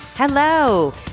Hello